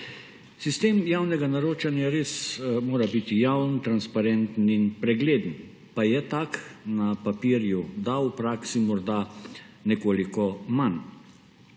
Sistem javnega naročanja res mora biti javen, transparenten in pregleden – pa je tak? Na papirju da, v praksi morda nekoliko manj.